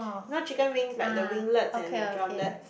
you know chicken wings like the winglets and the drumlets